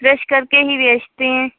fresh کر کے ہی بیچتے ہیں